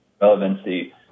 relevancy